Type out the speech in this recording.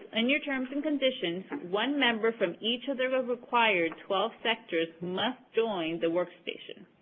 in your terms and conditions, one member from each of the required twelve sectors must join the workstation.